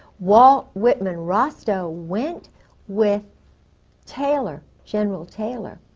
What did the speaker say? walt whitman rostow went with taylor general taylor,